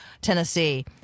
Tennessee